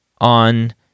on